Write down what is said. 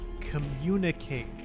communicate